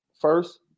first